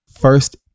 First